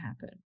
happen